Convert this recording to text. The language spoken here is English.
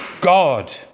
God